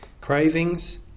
Cravings